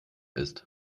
ist